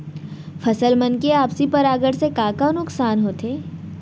फसल मन के आपसी परागण से का का नुकसान होथे?